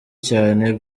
cyane